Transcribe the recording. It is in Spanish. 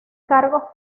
cargos